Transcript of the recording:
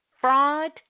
fraud